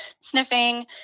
sniffing